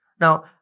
now